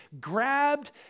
grabbed